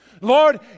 Lord